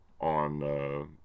on